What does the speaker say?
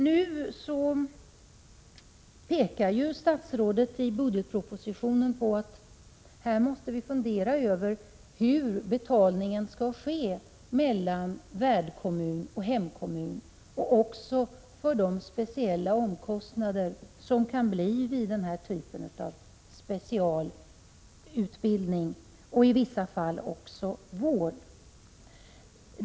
Nu pekar statsrådet i budgetpropositionen på att vi måste fundera över hur fördelningen av betalningen skall ske mellan värdkommun och hemkommun, också för de speciella omkostnader som kan uppkomma vid denna typ av specialutbildning och i vissa fall vård.